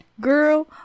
girl